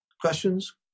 Questions